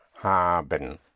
Haben